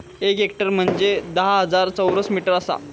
एक हेक्टर म्हंजे धा हजार चौरस मीटर आसा